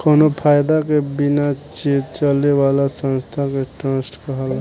कावनो फायदा के बिना चले वाला संस्था के ट्रस्ट कहाला